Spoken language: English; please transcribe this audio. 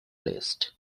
list